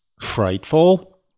frightful